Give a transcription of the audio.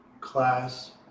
class